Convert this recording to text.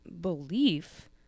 belief